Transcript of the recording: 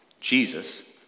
Jesus